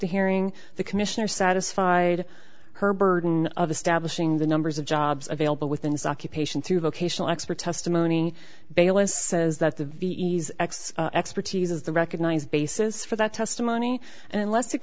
the hearing the commissioner satisfied her burden of establishing the numbers of jobs available within his occupation through vocational expert testimony bayless says that the ves x expertise is the recognized basis for that testimony